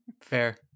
fair